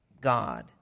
God